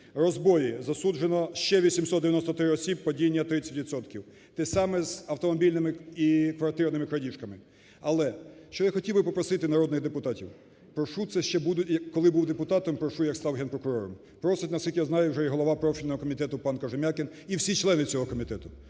Розбої: засуджено ще 893 осіб, падіння 30 відсотків. Те саме з автомобільними і квартирними крадіжками. Але, що я хотів би попросити народних депутатів? Прошу, це ще буду… коли був депутатом, прошу, як став Генпрокурором. Просить, наскільки я знаю, вже й голова профільного комітету пан Кожем'якін і всі члени цього комітету.